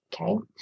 Okay